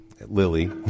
Lily